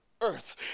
earth